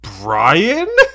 Brian